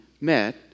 met